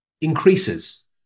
increases